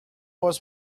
was